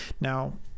now